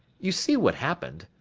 you see what happened.